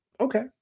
okay